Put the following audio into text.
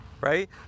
right